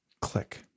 click